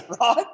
right